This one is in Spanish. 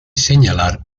señalar